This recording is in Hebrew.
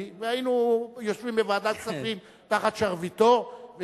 והיינו יושבים בוועדת כספים תחת שרביטו,